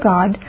God